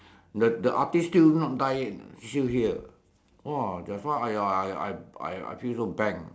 the the artist still not die yet still here !wah! that's why I I I I feel so bad